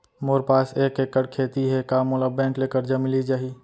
मोर पास एक एक्कड़ खेती हे का मोला बैंक ले करजा मिलिस जाही?